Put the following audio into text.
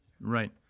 Right